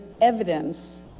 evidence